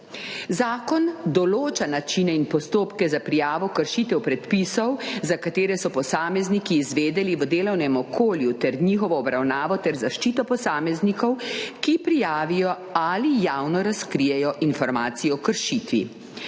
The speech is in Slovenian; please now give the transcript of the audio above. Zakon določa načine in postopke za prijavo kršitev predpisov, za katere so posamezniki izvedeli v delovnem okolju, ter njihovo obravnavo ter zaščito posameznikov, ki prijavijo ali javno razkrijejo informacijo o kršitvi.